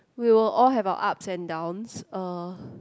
we will all have our ups and downs uh